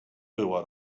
była